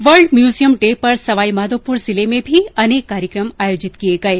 world museum day पर सवाईमाधोपुर जिले में भी अर्नेक कार्यक्रम आयोजित किये गये